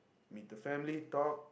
with the family talk